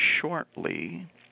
shortly